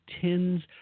tens